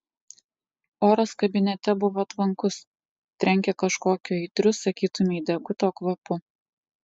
oras kabinete buvo tvankus trenkė kažkokiu aitriu sakytumei deguto kvapu